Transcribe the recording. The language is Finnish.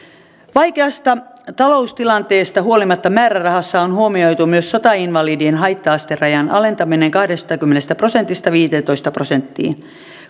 vaikeasta taloustilanteesta huolimatta määrärahassa on huomioitu myös sotainvalidien haitta asterajan alentaminen kahdestakymmenestä prosentista viiteentoista prosenttiin